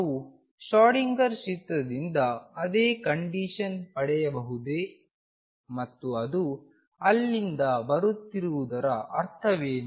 ನಾವು ಶ್ರೋಡಿಂಗರ್ ಚಿತ್ರದಿಂದ ಅದೇ ಕಂಡೀಶನ್ ಪಡೆಯಬಹುದೇ ಮತ್ತು ಅದು ಅಲ್ಲಿಂದ ಬರುತ್ತಿರುವುದರ ಅರ್ಥವೇನು